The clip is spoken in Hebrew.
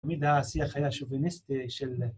תמיד השיח היה שוביניסטי של